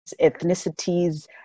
ethnicities